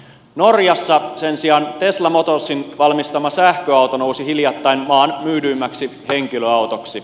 norjassa sen sijaan tesla motorsin valmistama sähköauto nousi hiljattain maan myydyimmäksi henkilöautoksi